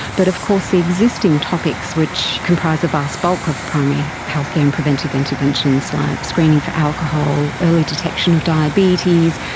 but of course the existing topics which comprise the vast bulk of primary healthcare and preventive interventions like screening for alcohol, early detection of diabetes,